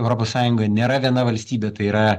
europos sąjungoj nėra viena valstybė tai yra